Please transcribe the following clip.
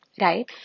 right